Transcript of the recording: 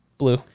Blue